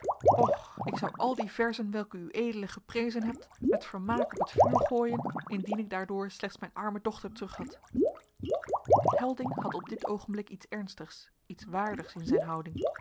och ik zou al die verzen welke ued geprezen hebt met vermaak op het vuur gooien indien ik daardoor slechts mijne arme dochter terughad helding had op dit oogenblik iets ernstigs iets waardigs in zijn houding